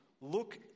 Look